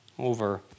over